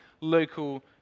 local